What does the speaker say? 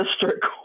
district